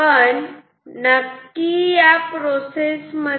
पण या प्रोसेसमध्ये हे काय घडते